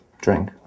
drink